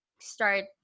start